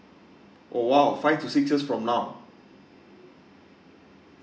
!wow! five to six years from now